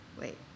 wait